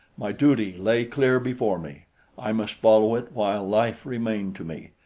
my duty lay clear before me i must follow it while life remained to me,